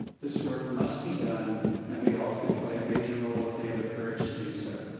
this work must be done and we all can play a major role if we have the courage to do so.